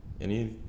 any